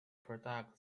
product